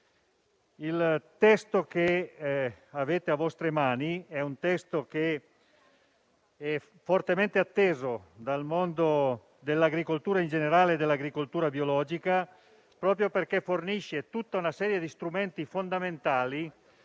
Il testo che avete nelle vostre mani è fortemente atteso dal mondo dell'agricoltura in generale e dell'agricoltura biologica in particolare, proprio perché fornisce tutta una serie di strumenti fondamentali